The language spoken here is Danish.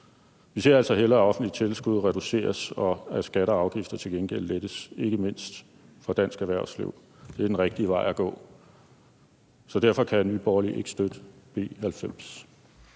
Vi ser altså hellere, at offentlige tilskud reduceres, og at skatter og afgifter til gengæld lettes, ikke mindst for dansk erhvervsliv – det er den rigtige vej at gå. Derfor kan Nye Borgerlige ikke støtte B 90.